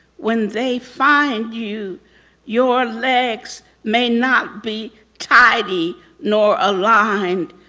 when they find you your legs may not be tidy nor aligned.